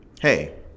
Hey